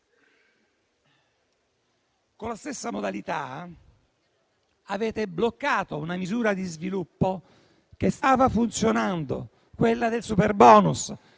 Con la stessa modalità avete bloccato una misura di sviluppo che stava funzionando come quella del superbonus.